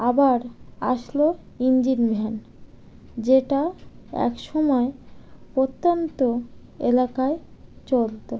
আবার আসলো engine van যেটা এক সময় প্রত্যন্ত এলাকায় চলতো